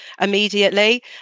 immediately